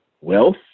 Wealth